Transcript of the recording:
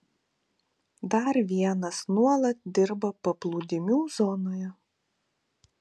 dar vienas nuolat dirba paplūdimių zonoje